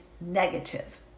negative